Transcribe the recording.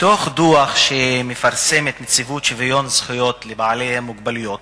מדוח שמפרסמת נציבות שוויון זכויות לבעלי מוגבלויות